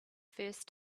first